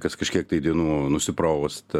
kas kažkiek tai dienų nusipraust